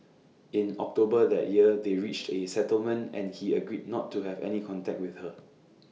in October that year they reached A settlement and he agreed not to have any contact with her